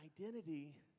identity